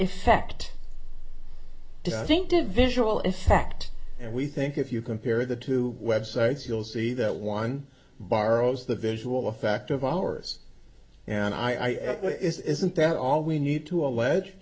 effect i think to visual effect and we think if you compare the two websites you'll see that one borrows the visual effect of ours and i isn't that all we need to allege